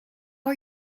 are